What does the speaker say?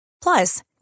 Plus